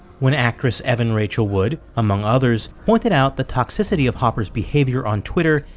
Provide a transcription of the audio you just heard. when actress evan rachel wood, among others, pointed out the toxicity of hopper's behavior on twitter,